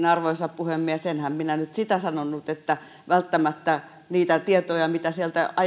arvoisa puhemies enhän minä nyt sitä sanonut että välttämättä ne tiedot mitä sieltä